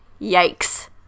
Yikes